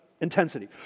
intensity